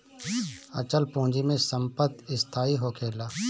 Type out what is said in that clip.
अचल पूंजी में संपत्ति स्थाई होखेला